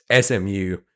SMU